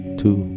two